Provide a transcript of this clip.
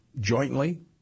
jointly